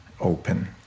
open